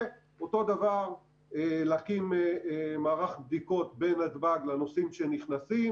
ואותו דבר להקים מערך בדיקות בנתב"ג לנוסעים שנכנסים,